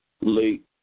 late